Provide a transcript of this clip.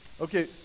okay